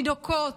תינוקות,